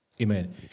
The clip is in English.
Amen